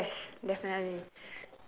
yes definitely